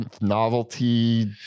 novelty